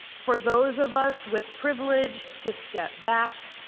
for those of us with privilege, to step back,